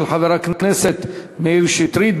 של חבר הכנסת מאיר שטרית,